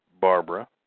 Barbara